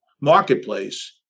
marketplace